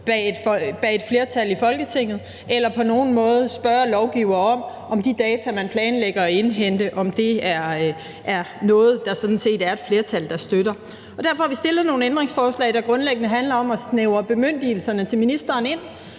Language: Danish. i et flertal i Folketinget eller på nogen måde spørge lovgivere om, om de data, der planlægges indhentet, er noget, et flertal støtter. Derfor har vi stillet nogle ændringsforslag, der grundlæggende handler om at snævre bemyndigelserne til ministeren ind,